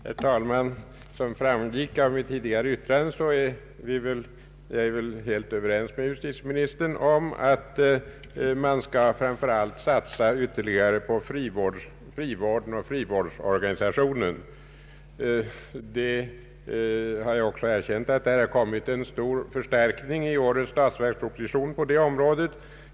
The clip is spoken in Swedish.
Herr talman! Såsom framgick av mitt tidigare yttrande är jag helt ense med justitieministern om att man framför allt skall satsa ytterligare på frivården och frivårdsorganisationen. Jag har också erkänt att det gjorts en kraftig förstärkning på detta område i årets statsverksproposition.